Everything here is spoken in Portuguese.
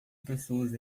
pessoas